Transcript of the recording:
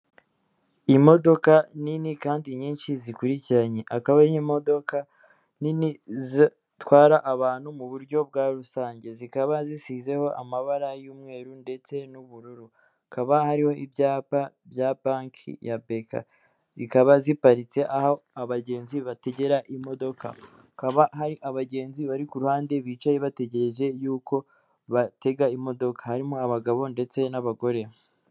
Imodoka nini kandi nyinshi zikurikiranye akaba ari imodoka nini zitwara abantu mu buryo bwa rusange, zikaba zisizeho amabara y'umweru ndetse n'ubururu, hakaba hariho ibyapa bya banki ya BK zikaba ziparitse aho abagenzi bategera imodoka, hakaba hari abagenzi bari ku ruhande bicaye bategereje yuko batega imodoka harimo abagabo ndetse n'abagore.